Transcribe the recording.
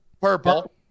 Purple